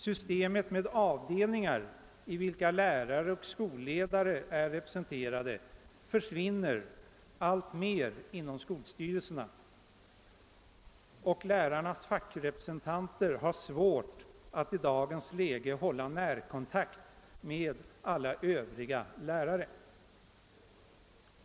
Systemet med avdelningar i vilka lärare och skolledare är representerade försvinner alltmer inom skolstyrelserna, och lärarnas fackrepresentanter har svårt att i dagens läge hålla närkontakt med alla övriga lärare.